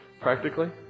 practically